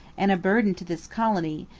and a burthen to this colony,